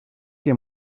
que